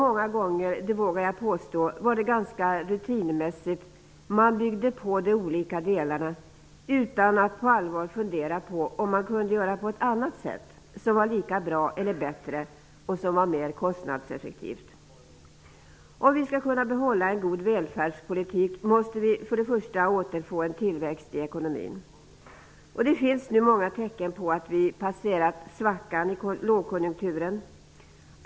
Jag vågar påstå att man många gånger ganska rutinmässigt byggde på de olika delarna utan att på allvar fundera över om man kunde göra på ett annat sätt som var lika bra eller bättre och som var mer kostnadseffektivt. Om vi skall kunna behålla en god välfärdspolitik måste vi återfå en tillväxt i ekonomin. Det finns nu många tecken på att vi passerat svackan i lågkonjunkturen.